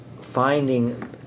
finding